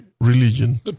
religion